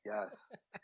Yes